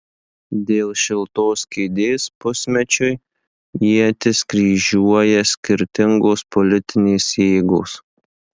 dėl šiltos kėdės pusmečiui ietis kryžiuoja skirtingos politinės jėgos